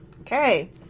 Okay